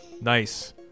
Nice